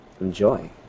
enjoy